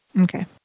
Okay